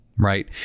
Right